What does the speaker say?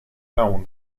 known